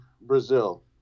Brazil